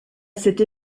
cette